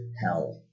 hell